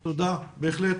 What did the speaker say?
בהחלט.